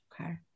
Okay